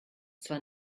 zwar